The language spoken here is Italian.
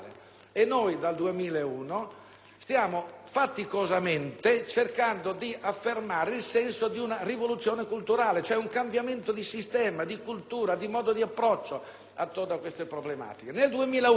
stiamo faticosamente cercando di affermare il senso di una rivoluzione culturale, un cambiamento di sistema, di cultura, di approccio attorno a queste problematiche. Nel 2001, signora Presidente,